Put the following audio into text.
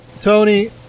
Tony